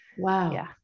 Wow